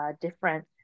different